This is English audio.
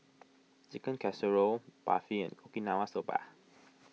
Chicken Casserole Barfi and Okinawa Soba